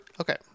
okay